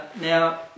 now